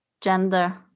gender